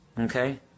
Okay